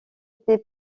été